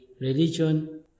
religion